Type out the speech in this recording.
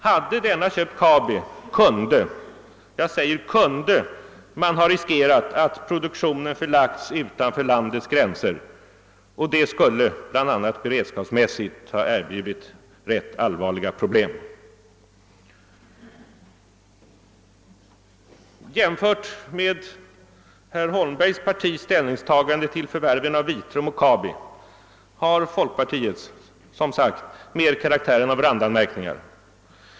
Hade denna köpt Kabi kunde man ha riskerat att produktionen förlagts utanför landets gränser. Och det skulle bl.a. beredskapsmässigt ha erbjudit ganska allvarliga problem. Jämfört med herr Holmbergs partis ställningstagande till förvärven av Vitrum och Kabi har folkpartiets, som sagt, mer karaktären av randanmärk ningar.